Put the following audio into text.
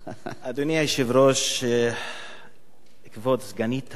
אדוני היושב-ראש, כבוד סגנית השרה,